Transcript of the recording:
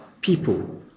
people